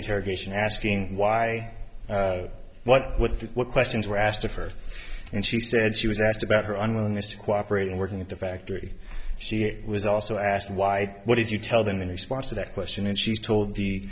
interrogation asking why what with what questions were asked of her and she said she was asked about her unwillingness to cooperate and working at the factory she was also asked why what did you tell them in response to that question and she's told the